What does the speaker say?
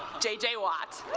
j j. watt